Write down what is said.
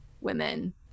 women